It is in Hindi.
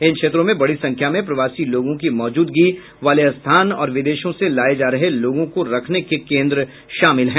इन क्षेत्रों में बड़ी संख्या में प्रवासी लोगों की मौजूदगी वाले स्थान और विदेशों से लाये जा रहे लोगों को रखने के केन्द्र शामिल हैं